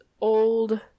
old